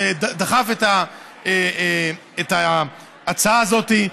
שדחף את ההצעה הזאת,